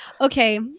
Okay